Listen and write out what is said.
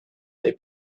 they